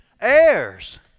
Heirs